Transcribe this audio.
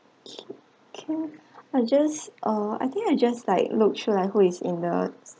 okay can I just uh I think I just like look through like who is in the